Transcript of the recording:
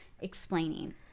explaining